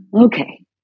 okay